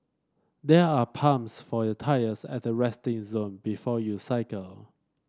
there are pumps for your tyres at the resting zone before you cycle